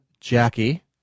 Jackie